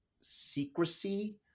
secrecy